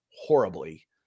horribly